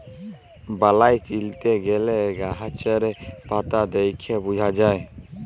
বালাই চিলতে গ্যালে গাহাচের পাতা দ্যাইখে বুঝা যায়